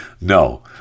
No